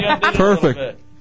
Perfect